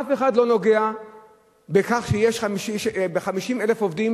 אף אחד לא נוגע בכך שיש 50,000 עובדים,